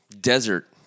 desert